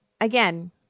again